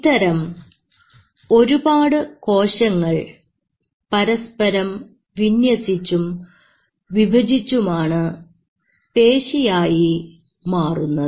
ഇത്തരം ഒരുപാടു കോശങ്ങൾ പരസ്പരം വിന്യസിച്ചും വിഭജിച്ചുമാണ് പേശി ആയി മാറുന്നത്